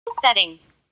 Settings